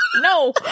No